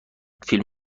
فیلم